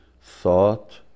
thought